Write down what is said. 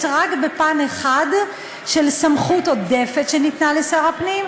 רק בפן אחד של סמכות עודפת שניתנה לשר הפנים,